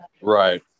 Right